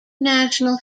national